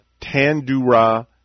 Tandura